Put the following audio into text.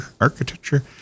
architecture